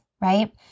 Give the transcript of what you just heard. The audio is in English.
Right